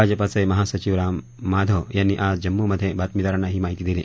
भाजपाचे महासचिव राम माधव यांनी आज जम्मूमध्ये बातमीदारांना ही माहिती दिली